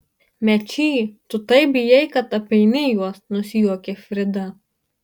mečy tu taip bijai kad apeini juos nusijuokė frida